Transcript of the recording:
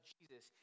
Jesus